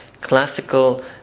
classical